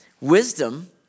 Wisdom